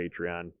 Patreon